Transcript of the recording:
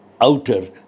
outer